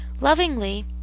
Lovingly